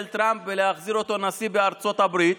טראמפ ולהחזיר אותו להיות נשיא בארצות הברית.